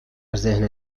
ذهن